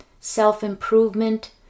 self-improvement